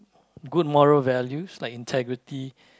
good moral values like integrity